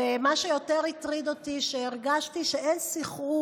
אבל מה שהטריד אותי יותר זה שהרגשתי שאין סנכרון